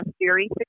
series